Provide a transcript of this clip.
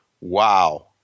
wow